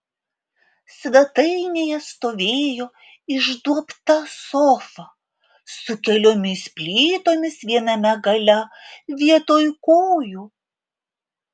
svetainėje stovėjo išduobta sofa su keliomis plytomis viename gale vietoj kojų